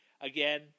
again